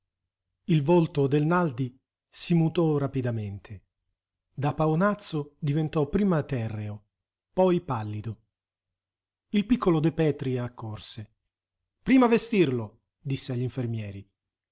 il volto del naldi si mutò rapidamente da paonazzo diventò prima terreo poi pallido il piccolo de petri accorse prima vestirlo disse agli infermieri